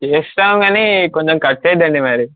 ఇస్తాం కానీ కొంచెం ఖర్చు అవుద్దండి మరి